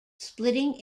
splitting